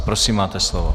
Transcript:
Prosím máte slovo.